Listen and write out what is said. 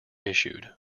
issued